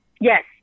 Yes